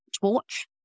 Torch